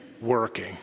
working